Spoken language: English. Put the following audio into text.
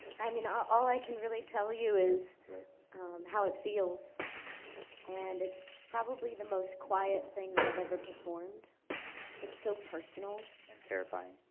i mean all i can really tell you is how it feels and it's probably the most quiet thing that i've ever performed it's so personal. and terrifying.